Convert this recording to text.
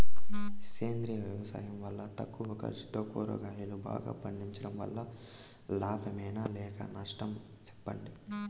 సేంద్రియ వ్యవసాయం వల్ల తక్కువ ఖర్చుతో కూరగాయలు బాగా పండించడం వల్ల లాభమేనా లేక నష్టమా సెప్పండి